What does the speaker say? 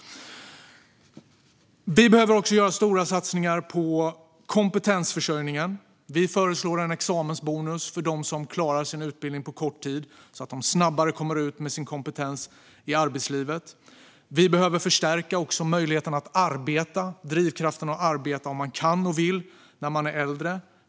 Vi behöver göra stora satsningar på kompetensförsörjningen. Vi föreslår en examensbonus för dem som klarar sin utbildning på kort tid så att de snabbare kommer ut med sin kompetens i arbetslivet. Vi behöver också förstärka möjligheten och drivkraften att arbeta om man kan och vill när man är äldre.